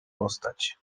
postać